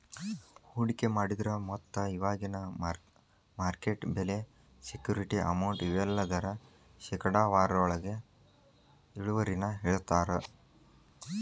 ಹೂಡಿಕೆ ಮಾಡಿದ್ರ ಮೊತ್ತ ಇವಾಗಿನ ಮಾರ್ಕೆಟ್ ಬೆಲೆ ಸೆಕ್ಯೂರಿಟಿ ಅಮೌಂಟ್ ಇವೆಲ್ಲದರ ಶೇಕಡಾವಾರೊಳಗ ಇಳುವರಿನ ಹೇಳ್ತಾರಾ